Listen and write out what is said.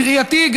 בראייתי,